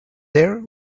there